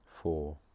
Four